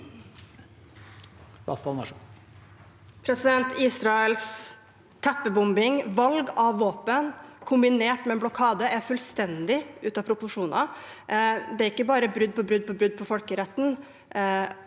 Israels teppe- bombing og valg av våpen, kombinert med blokade, er fullstendig ute av proporsjoner. Det er ikke bare brudd på brudd på brudd på folkeretten: